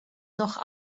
noch